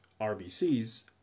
RBCs